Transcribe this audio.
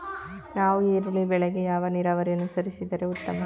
ನಾವು ಈರುಳ್ಳಿ ಬೆಳೆಗೆ ಯಾವ ನೀರಾವರಿ ಅನುಸರಿಸಿದರೆ ಉತ್ತಮ?